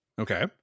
Okay